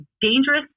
dangerous